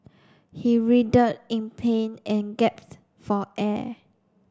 he in pain and for air